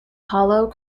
hollow